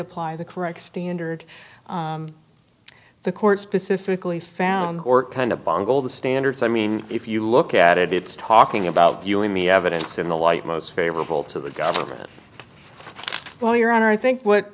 apply the correct standard the court specifically found or kind of bungled the standards i mean if you look at it it's talking about you and me evidence in the light most favorable to the government well your honor i think what